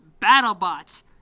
BattleBots